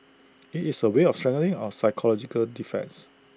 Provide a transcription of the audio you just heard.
IT is A way of strengthening our psychological defence